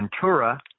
Ventura